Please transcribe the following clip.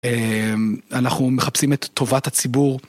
אנחנו מחפשים את טובת הציבור.